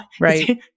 right